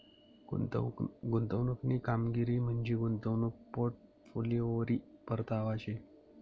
गुंतवणूकनी कामगिरी म्हंजी गुंतवणूक पोर्टफोलिओवरी परतावा शे